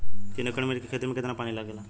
तीन एकड़ मिर्च की खेती में कितना पानी लागेला?